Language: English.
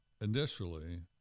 initially